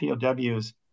POWs